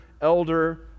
elder